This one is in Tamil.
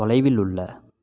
தொலைவில் உள்ள